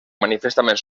manifestament